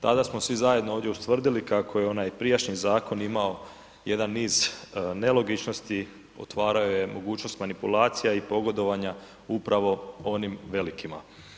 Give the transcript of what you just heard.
Tada smo svi zajedno ovdje ustvrdili kako je onaj prijašnji zakon imao jedan niz nelogičnosti, otvarao je mogućnost manipulacija i pogodovanja upravo onim velikima.